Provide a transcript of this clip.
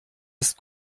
ist